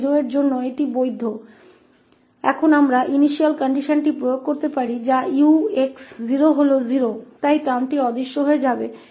अब हम प्रारंभिक शर्त 𝑢𝑥 0 लागू कर सकते हैं जो कि 0 है इसलिए यह शब्द गायब हो जाएगा